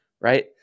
right